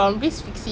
really ah